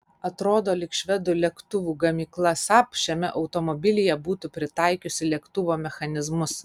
atrodo lyg švedų lėktuvų gamykla saab šiame automobilyje būtų pritaikiusi lėktuvo mechanizmus